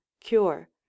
cure